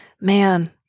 Man